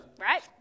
right